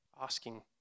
asking